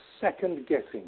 second-guessing